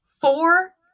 four